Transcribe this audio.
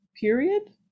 period